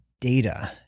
data